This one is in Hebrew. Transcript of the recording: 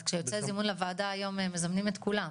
שיוצא זימון לוועדה היום מזמנים את כולם.